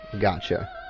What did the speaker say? Gotcha